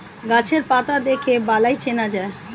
গাছের পাতা দেখে বালাই চেনা যায়